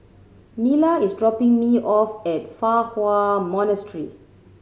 Nila is dropping me off at Fa Hua Monastery